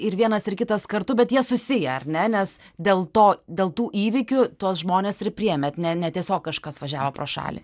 ir vienas ir kitas kartu bet jie susiję ar ne nes dėl to dėl tų įvykių tuos žmones ir priėmėt ne ne tiesiog kažkas važiavo pro šalį